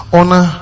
Honor